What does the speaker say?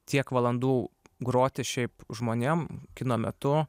tiek valandų groti šiaip žmonėm kino metu